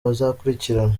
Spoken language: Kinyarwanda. bazakurikiranwa